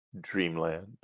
Dreamland